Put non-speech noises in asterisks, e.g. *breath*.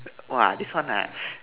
!wah! this one ah *breath*